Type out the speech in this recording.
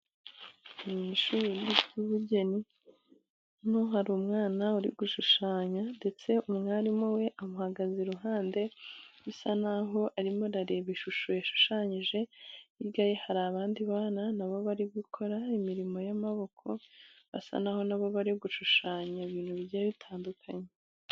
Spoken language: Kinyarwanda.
Mu ishuri ry'ubugeni, hano hari umwana uri gushushanya ndetse umwarimu we amuhagaze iruhande, bisa naho arimo arareba ishusho yashushanyije, hirya ye hari abandi bana nabo bari gukora imirimo y'amaboko, basa naho nabo bari gushushanya, ibintu bigiye bitandukanye.